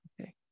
okay